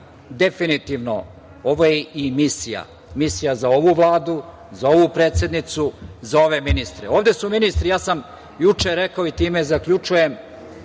definitivno ovo je i misija, misija za ovu Vladu, misija za ovu predsednicu, za ove ministre. Ovde su meni ministri, ja sam juče rekao i time zaključujem,